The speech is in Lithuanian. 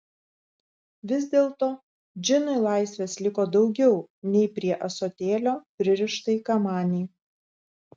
vis dėlto džinui laisvės liko daugiau nei prie ąsotėlio pririštai kamanei